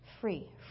free